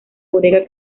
bodega